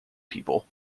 peoples